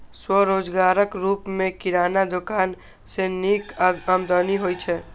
स्वरोजगारक रूप मे किराना दोकान सं नीक आमदनी होइ छै